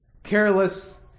Careless